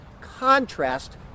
contrast